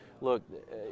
look